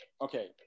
Okay